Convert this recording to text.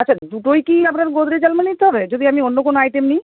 আচ্ছা দুটোই কি আপনার গোদরেজ আলমারি নিতে হবে যদি অন্য কোনো আইটেম নিই